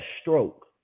stroke